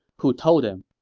who told him,